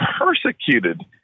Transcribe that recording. persecuted